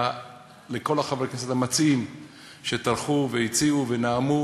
לכל חברי הכנסת המציעים שטרחו והציעו ונאמו